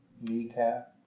kneecap